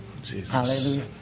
Hallelujah